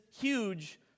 huge